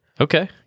Okay